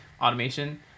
automation